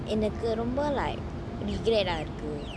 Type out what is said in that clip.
என்னக்கு ரொம்ப:ennaku romba like regret eh இருக்கு:iruku